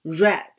red